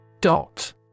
Dot